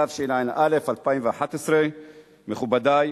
התשע"ב 2012. מכובדי,